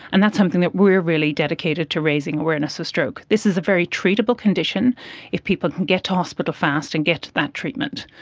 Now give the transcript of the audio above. and that's something that we are really dedicated to raising awareness of so stroke. this is a very treatable condition if people can get to hospital fast and get to that treatment.